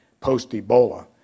post-Ebola